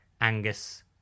Angus